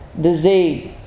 disease